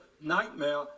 nightmare